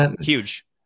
huge